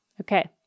Okay